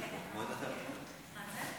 קודם כול תודה רבה על תשומת הלב.